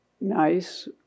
nice